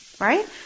Right